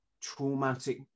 traumatic